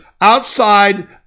outside